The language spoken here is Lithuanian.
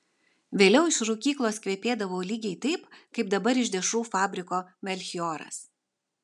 vėliau iš rūkyklos kvepėdavo lygiai taip kaip dabar iš dešrų fabriko melchioras